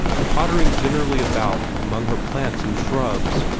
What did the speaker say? pottering generally about among her plants and shrubs.